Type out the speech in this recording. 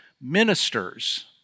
ministers